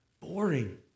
boring